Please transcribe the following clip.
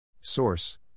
Source